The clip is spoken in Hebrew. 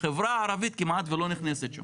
החברה הערבית כמעט ולא נכנסת שם,